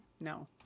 No